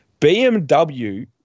BMW